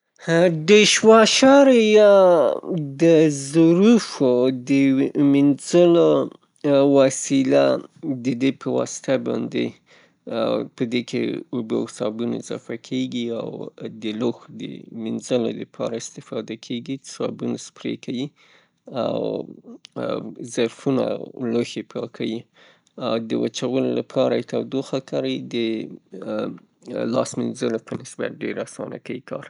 دیشواشر یا د ظروفو د مینځلو وسیله، د دې په واسطه باندې، پدې کې اوبه او صابون اضافه کیږي او دلوښوو د منیځلو د پاره استفاده کیږي، صابون سپرې کیی، او ظرفونه او لوښي پاکیي. د وچوولو د پاره یې تودوخه کاریې او د لاس مینځلو په نسبت ډیر اسانه کیی کار.